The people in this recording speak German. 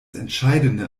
entscheidende